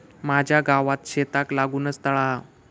माझ्या गावात शेताक लागूनच तळा हा